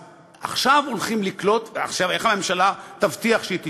עכשיו, איך הממשלה תבטיח שהיא תשלוט?